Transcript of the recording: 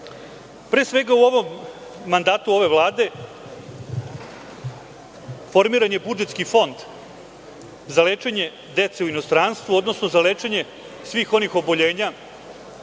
svega, u mandatu ove Vlade formiran je Budžetski fond za lečenje dece u inostranstvu, odnosno za lečenje svih onih oboljenja